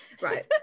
right